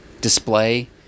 display